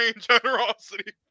generosity